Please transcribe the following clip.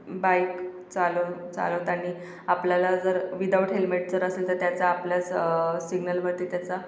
bike चालव चालवताना आपल्याला जर विदाउट हेल्मेट जर असेल तर त्याचा आपल्याच सिग्नल वरती त्याचा